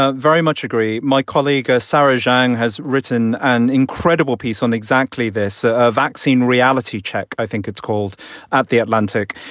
ah very much agree. my colleague sara zhiang has written an incredible piece on exactly this vaccine reality check, i think it's called at the atlantic.